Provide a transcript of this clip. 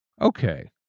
Okay